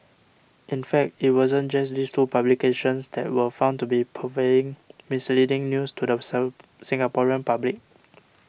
in fact it wasn't just these two publications that were found to be purveying misleading news to the Singaporean public